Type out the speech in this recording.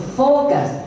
focus